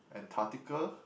Antarctica